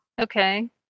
Okay